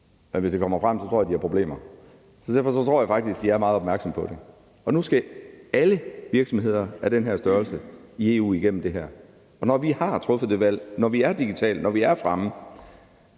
Men hvis det kommer frem, tror jeg de har problemer. Derfor tror jeg faktisk, de er meget opmærksomme på det. Nu skal alle virksomheder af den her størrelse i EU igennem det her. Og når vi har truffet det valg, når vi er digitale, når vi er langt fremme,